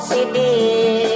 City